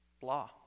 blah